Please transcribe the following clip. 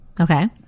okay